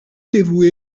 dévoué